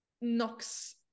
knocks